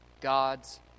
God's